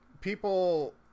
people